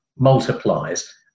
multiplies